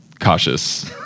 cautious